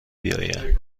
بیایم